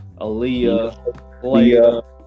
aaliyah